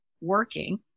working